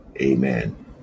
Amen